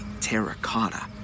terracotta